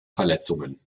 verletzungen